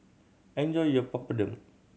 enjoy your Papadum